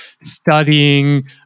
studying